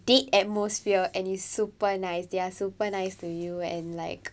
date atmosphere and it's super nice they're super nice to you and like